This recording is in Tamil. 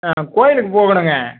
கோயிலுக்கு போகணுங்க